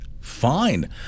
fine